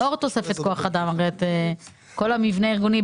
לאור תוספת כוח האדם והמבנה הארגוני,